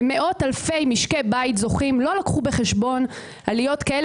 ומאות אלפי משקי בית זוכים לא לקחו בחשבון עליות כאלה